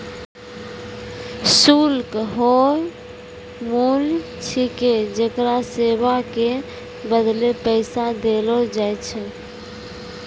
शुल्क हौअ मूल्य छिकै जेकरा सेवा के बदले पैसा देलो जाय छै